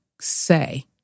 say